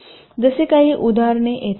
जसे काही उदाहरणे येथे आहेत